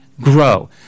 grow